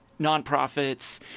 nonprofits